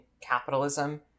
capitalism